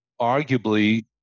arguably